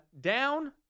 down